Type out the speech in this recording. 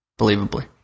believably